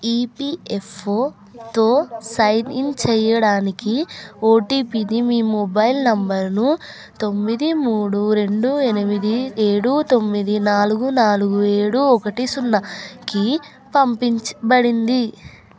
ఈపీఎఫ్ఓతో sign in చేయడానికి ఓటీపీని మీ మొబైల్ నంబరు తొమ్మిది మూడు రెండు ఎనిమిది ఏడు తొమ్మిది నాలుగు నాలుగు ఏడు ఒకటి సున్నాకి పంపించబడింది